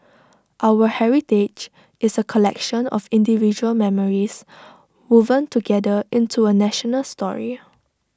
our heritage is A collection of individual memories woven together into A national story